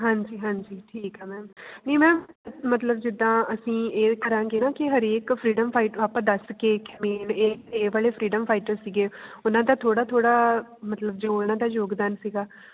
ਹਾਂਜੀ ਹਾਂਜੀ ਠੀਕ ਆ ਮੈਮ ਨਹੀਂ ਮੈਮ ਮਤਲਬ ਜਿੱਦਾਂ ਅਸੀਂ ਇਹ ਕਰਾਂਗੇ ਨਾ ਕਿ ਹਰੇਕ ਫਰੀਡਮ ਫਾਈਟਰ ਆਪਾਂ ਦੱਸ ਕੇ ਮੇਨ ਇਹ ਇਹ ਵਾਲੇ ਫਰੀਡਮ ਫਾਈਟਰ ਸੀਗੇ ਉਹਨਾਂ ਦਾ ਥੋੜ੍ਹਾ ਥੋੜ੍ਹਾ ਮਤਲਬ ਜੋ ਇਹਨਾਂ ਦਾ ਯੋਗਦਾਨ ਸੀ